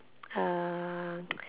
uh